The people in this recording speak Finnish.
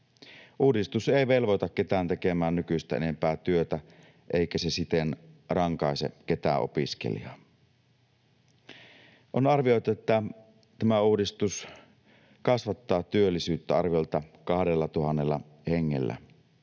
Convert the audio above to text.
Uudistus ei velvoita ketään tekemään nykyistä enempää työtä, eikä se siten rankaise ketään opiskelijaa. On arvioitu, että tämä uudistus kasvattaa työllisyyttä arviolta 2 000 hengellä.